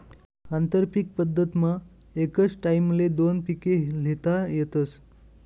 आंतरपीक पद्धतमा एकच टाईमले दोन पिके ल्हेता येतस